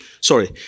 Sorry